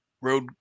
road